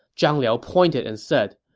zhang liao pointed and said,